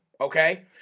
okay